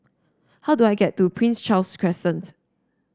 how do I get to Prince Charles Crescent